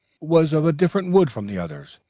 was of a different wood from the others,